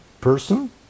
person